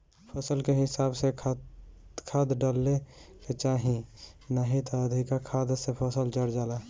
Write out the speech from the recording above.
फसल के हिसाबे से खाद डाले के चाही नाही त अधिका खाद से फसल जर जाला